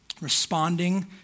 Responding